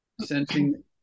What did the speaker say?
sensing